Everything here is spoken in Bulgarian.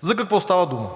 За какво става дума?